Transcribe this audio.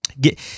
Get